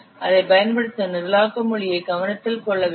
அதைப் பயன்படுத்தும் நிரலாக்க மொழியை கவனத்தில் கொள்ள வேண்டும்